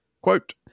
Quote